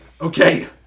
okay